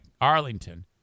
Arlington